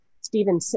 Stephen